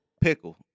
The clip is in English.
Pickle